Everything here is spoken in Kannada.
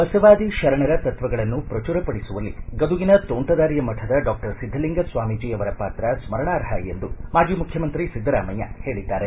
ಬಸವಾದಿ ಶರಣರ ತತ್ವಗಳನ್ನು ಪ್ರಚುರ ಪಡಿಸುವಲ್ಲಿ ಗದುಗಿನ ತೋಂಟದಾರ್ಯ ಮಠದ ಡಾಕ್ಟರ್ ಸಿದ್ದಲಿಂಗ ಸ್ವಾಮೀಜಿ ಅವರ ಪಾತ್ರ ಸ್ಕರಣಾರ್ಹ ಎಂದು ಮಾಜಿ ಮುಖ್ಯಮಂತ್ರಿ ಸಿದ್ದರಾಮಯ್ಯ ಹೇಳಿದ್ದಾರೆ